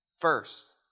first